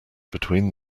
between